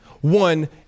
one